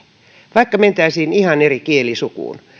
vaikka mentäisiin ihan eri kielisukuun